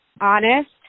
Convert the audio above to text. honest